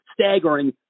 staggering